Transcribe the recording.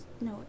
No